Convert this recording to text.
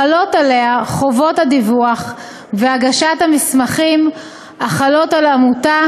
חלות עליה חובות הדיווח והגשת המסמכים החלות על עמותה,